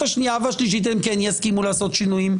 השנייה והשלישית הם כן יסכימו לעשות שינויים?